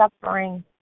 suffering